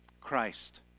Christ